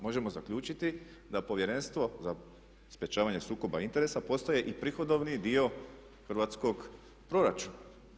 Možemo zaključiti da Povjerenstvo za sprječavanje sukoba interesa postaje i prihodovni dio hrvatskog proračuna.